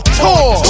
tour